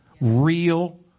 real